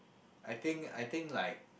I think I think like